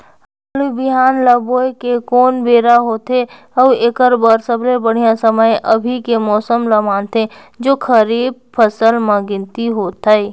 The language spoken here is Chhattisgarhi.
आलू बिहान ल बोये के कोन बेरा होथे अउ एकर बर सबले बढ़िया समय अभी के मौसम ल मानथें जो खरीफ फसल म गिनती होथै?